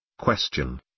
Question